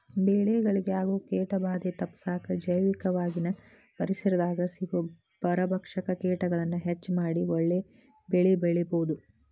ಬೆಳೆಗಳಿಗೆ ಆಗೋ ಕೇಟಭಾದೆ ತಪ್ಪಸಾಕ ಜೈವಿಕವಾಗಿನ ಪರಿಸರದಾಗ ಸಿಗೋ ಪರಭಕ್ಷಕ ಕೇಟಗಳನ್ನ ಹೆಚ್ಚ ಮಾಡಿ ಒಳ್ಳೆ ಬೆಳೆಬೆಳಿಬೊದು